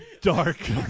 dark